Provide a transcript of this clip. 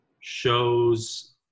shows